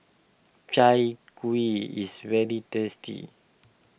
Chai Kueh is very tasty